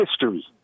history